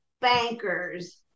bankers